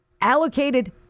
allocated